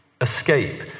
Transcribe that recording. Escape